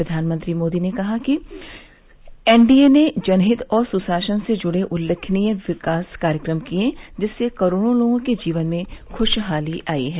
प्रधानमंत्री मोदी ने कहा कि एन डी ए ने जनहित और सुशासन से जुड़े उल्लेखनीय विकास कार्यक्रम किए जिससे करोड़ों लोगों के जीवन में खुशहाली आई है